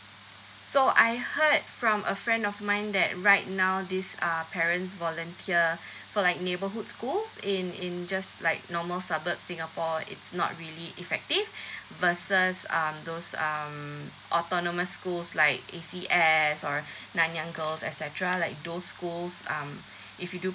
so I heard from a friend of mine that right now this uh parents volunteer for like neighbourhood schools in in just like normal suburb singapore it's not really effective versus um those um autonomous schools like A_C_S or nanyang girl etcetera like those schools um if you do